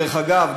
דרך אגב,